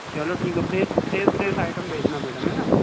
चलो ठीक है फ्रेस फ्रेस फ्रेस आइटम भेजना मैडम है न